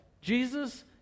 Jesus